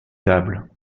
tables